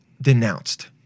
denounced